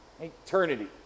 Eternity